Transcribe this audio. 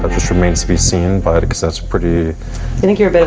but this remains to be seen but because that's pretty unique you're a bit